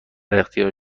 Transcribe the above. اختیار